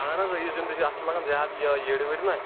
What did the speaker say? اَہَن حظ یہِ زیُن تہِ چھُ اَتھ چھُ لَگان زیادٕ یہِ یِڑِ وِڑِ نا